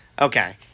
okay